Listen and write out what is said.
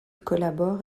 collabore